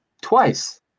twice